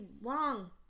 wrong